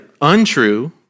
untrue